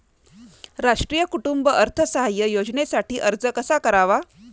राष्ट्रीय कुटुंब अर्थसहाय्य योजनेसाठी अर्ज कसा करावा?